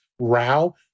row